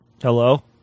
Hello